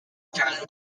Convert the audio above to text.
entirely